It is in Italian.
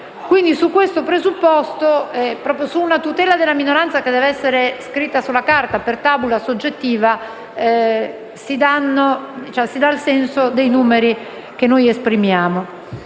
su questo presupposto, su una tutela della minoranza che deve essere scritta sulla carta *per tabulas* oggettiva, si dà il senso dei numeri che noi esprimiamo.